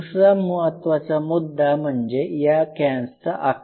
दुसरा महत्त्वाचा मुद्दा या कॅन्सचा आकार